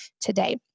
today